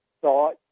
thought